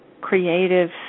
creative